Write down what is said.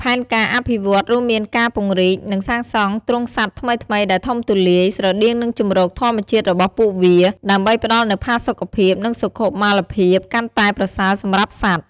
ផែនការអភិវឌ្ឍន៍រួមមានការពង្រីក និងសាងសង់ទ្រុងសត្វថ្មីៗដែលធំទូលាយ ស្រដៀងនឹងជម្រកធម្មជាតិរបស់ពួកវា ដើម្បីផ្តល់នូវផាសុកភាព និងសុខុមាលភាពកាន់តែប្រសើរសម្រាប់សត្វ។